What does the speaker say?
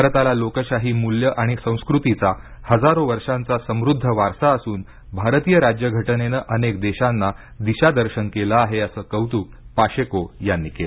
भारताला लोकशाही मूल्ये आणि संस्कृतीचा हजारो वर्षांचा समृद्ध वारसा असून भारतीय राज्यघटनेनं अनेक देशांना दिशादर्शन केलं आहे असं कौतुक पाशेको यांनी केलं